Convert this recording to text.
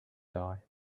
die